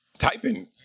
Typing